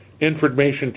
information